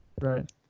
Right